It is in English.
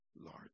Lord